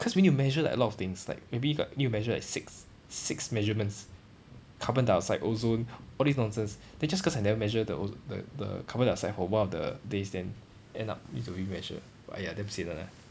cause we need to measure like a lot of things like maybe got need to measure like six six measurements carbon dioxide ozone all this nonsense then just cause I never measure the ozo~ the the carbon dioxide for one of the days then end up need to remeasure !aiya! damn sian [one] ah